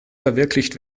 verwirklicht